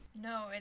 No